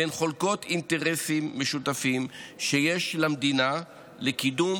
והן חולקות אינטרסים משותפים שיש למדינה לקידום